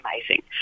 amazing